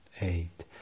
eight